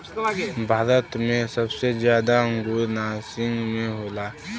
भारत मे सबसे जादा अंगूर नासिक मे होला